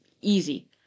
easy